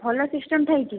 ଭଲ ସିଷ୍ଟମ ଥାଇକି